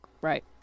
right